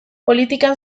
politikan